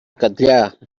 catllar